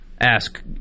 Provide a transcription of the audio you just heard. ask